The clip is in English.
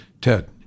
Ted